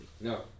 no